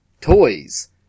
Toys